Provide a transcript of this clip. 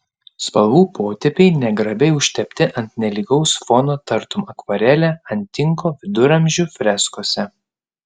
spalvų potėpiai negrabiai užtepti ant nelygaus fono tartum akvarelė ant tinko viduramžių freskose